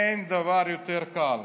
אין דבר יותר קל.